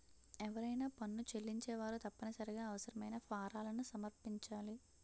ఎవరైనా పన్ను చెల్లించేవారు తప్పనిసరిగా అవసరమైన ఫారాలను సమర్పించాలి